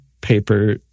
paper